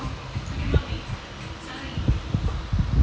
let me go see the message because it's like